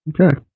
Okay